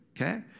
Okay